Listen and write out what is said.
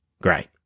Great